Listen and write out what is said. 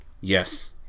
Yes